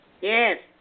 Yes